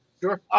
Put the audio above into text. Sure